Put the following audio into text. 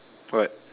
what